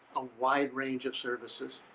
a wide range of services.